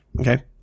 Okay